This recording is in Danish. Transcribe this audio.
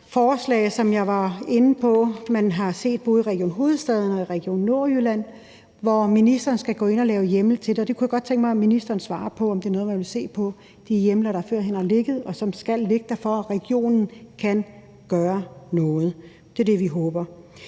forslag, som jeg var inde på at man har set både i Region Hovedstaden og i Region Nordjylland, hvor ministeren skal gå ind og lave hjemmel. Jeg kunne godt tænke mig, at ministeren svarer på, om han vil se på de hjemler, der førhen har ligget, og som skal ligge der, for at regionen kan gøre noget. Det er det, vi håber.